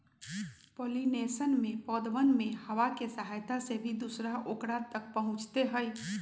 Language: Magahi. पॉलिनेशन में पौधवन में हवा के सहायता से भी दूसरा औकरा तक पहुंचते हई